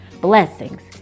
blessings